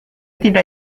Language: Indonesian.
tidak